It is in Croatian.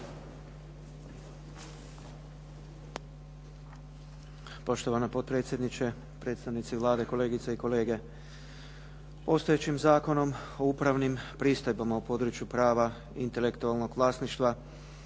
Poštovana potpredsjedniče, predstavnici Vlade, kolegice i kolege. Postojećim Zakonom o upravnim pristojbama u području prava intelektualnog vlasništva